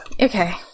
okay